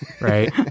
Right